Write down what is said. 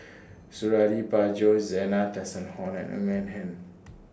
Suradi Parjo Zena Tessensohn and Ng Eng Hen